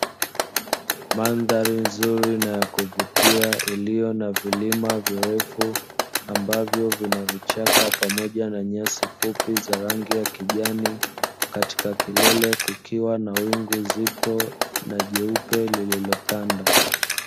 Mandhari nzuri na ya kuvutia iliyo na vilima virefu, ambavyo vina vichaka pamoja na nyasi fupi za rangi ya kijani, katika kilele kukiwa na wingu zito na jeupe lililotanda.